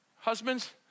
Husbands